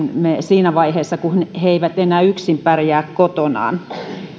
siinä vaiheessa kun he eivät enää yksin pärjää kotonaan